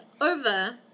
over